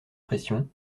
pressions